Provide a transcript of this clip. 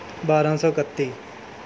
ਬਾਰਾਂ ਸੌ ਇਕੱਤੀ